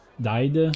died